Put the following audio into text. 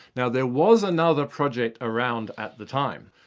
now there was another project around at the time,